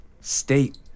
state